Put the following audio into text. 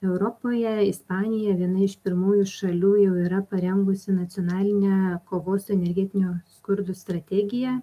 europoje ispanija viena iš pirmųjų šalių yra parengusi nacionalinę kovos su energetiniu skurdu strategiją